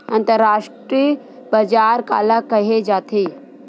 अंतरराष्ट्रीय बजार काला कहे जाथे?